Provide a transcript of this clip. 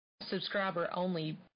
subscriber-only